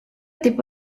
tipo